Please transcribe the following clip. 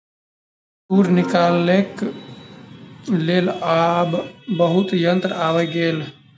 तूर निकालैक लेल आब बहुत यंत्र आइब गेल